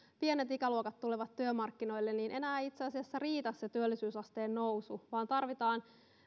pienet ikäluokat tulevat työmarkkinoille niin enää ei itse asiassa riitä se työllisyysasteen nousu vaan tarvitaan